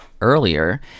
earlier